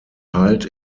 halt